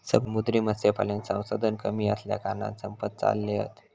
समुद्री मत्स्यपालन संसाधन कमी असल्याकारणान संपत चालले हत